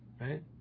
right